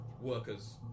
workers